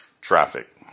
traffic